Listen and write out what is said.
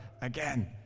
again